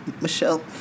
Michelle